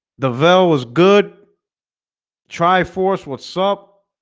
the vel was good triforce what's up?